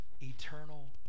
eternal